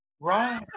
right